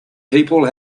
people